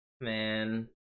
Man